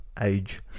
Age